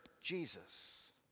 Jesus